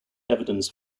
evidence